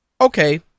okay